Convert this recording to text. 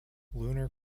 lunar